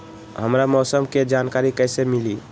हमरा मौसम के जानकारी कैसी मिली?